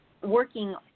working